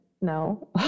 no